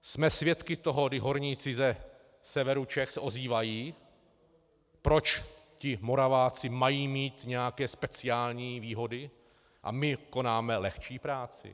Jsme svědky toho, kdy horníci ze severu Čech se ozývají, proč ti Moraváci mají mít nějaké speciální výhody a my konáme lehčí práci?